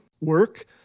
work